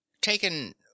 Taken